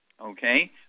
okay